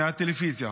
מהטלוויזיה.